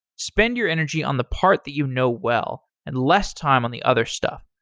spend your energy on the part that you know well and less time on the other stuff.